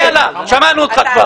יאללה, יאללה, שמענו אותך.